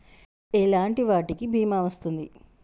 ఎలాంటి వాటికి బీమా వస్తుంది?